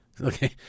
okay